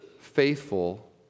faithful